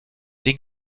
den